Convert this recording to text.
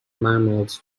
mammals